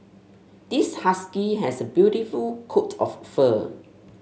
this husky has a beautiful coat of fur